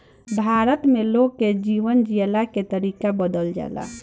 भारत में लोग के जीवन जियला के तरीका बदलल जाला